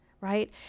right